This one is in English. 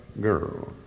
girl